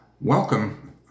welcome